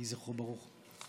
יהי זכרו ברוך.